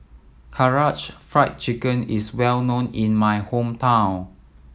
Karaage Fried Chicken is well known in my hometown